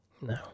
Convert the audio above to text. No